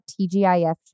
TGIF